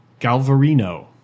Galvarino